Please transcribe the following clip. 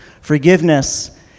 Forgiveness